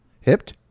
Hipped